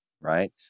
right